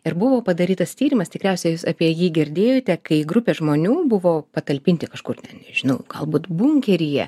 ir buvo padarytas tyrimas tikriausiai jūs apie jį girdėjote kai grupė žmonių buvo patalpinti kažkur nežinau galbūt bunkeryje